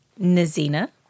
Nazina